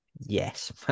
yes